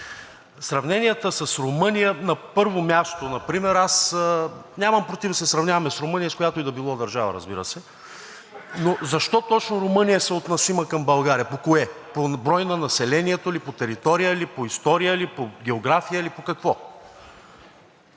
Сравненията с Румъния на първо място например. Аз нямам против да се сравняваме с Румъния и с която и да било държава, разбира се, но защо точно Румъния е съотносима към България? По кое? По брой на населението ли, по територия ли, по история ли, по география ли, по какво?